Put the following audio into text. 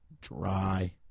Dry